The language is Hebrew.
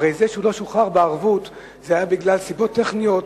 הרי הוא לא שוחרר בערבות בגלל סיבות טכניות,